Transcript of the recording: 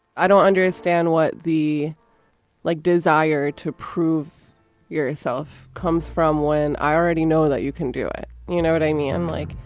i don't understand what the like desire to prove yourself comes from when i already know that you can do it. you know what i mean, like.